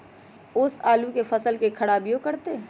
ओस आलू के फसल के खराबियों करतै?